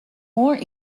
more